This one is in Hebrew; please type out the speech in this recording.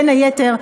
בין היתר,